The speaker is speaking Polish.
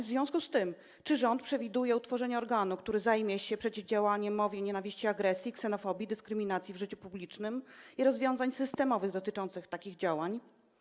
W związku z tym czy rząd przewiduje utworzenie organu, który zajmie się przeciwdziałaniem mowie nienawiści, agresji, ksenofobii, dyskryminacji w życiu publicznym, i rozwiązań systemowych dotyczących takich działań?